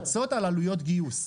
לפצות על עלויות גיוס.